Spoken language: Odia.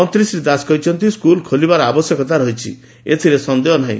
ମନ୍ତୀ ଶ୍ରୀ ଦାଶ କହିଛନ୍ତି ସ୍କୁଲ୍ ଖୋଲିବାର ଆବଶ୍ୟକତା ଅଛି ଏଥିରେ ସନ୍ଦେହ ନାର୍ହି